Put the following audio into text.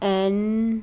N